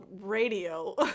radio